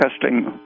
testing